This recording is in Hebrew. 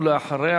ואחריה,